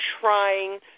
trying